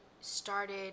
started